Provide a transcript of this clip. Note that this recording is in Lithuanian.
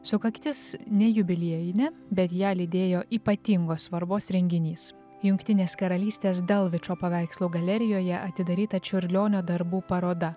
sukaktis ne jubiliejinė bet ją lydėjo ypatingos svarbos renginys jungtinės karalystės dalvičo paveikslų galerijoje atidaryta čiurlionio darbų paroda